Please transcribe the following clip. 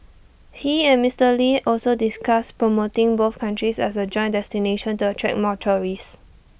he and Mister lee also discussed promoting both countries as A joint destination to attract more tourists